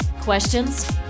Questions